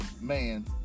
man